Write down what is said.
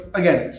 again